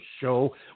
show